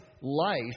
life